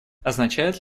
означает